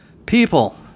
People